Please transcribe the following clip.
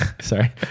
sorry